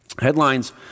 Headlines